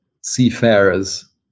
seafarers